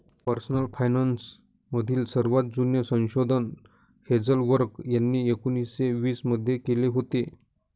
personal finance मधील सर्वात जुने संशोधन हेझेल कर्क यांनी एकोन्निस्से वीस मध्ये केले होते